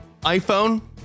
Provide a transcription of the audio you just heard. iPhone